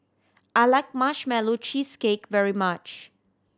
I like Marshmallow Cheesecake very much